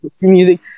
music